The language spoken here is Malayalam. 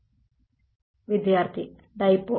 വിദ്യാർത്ഥി ഡൈപോൾ